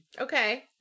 Okay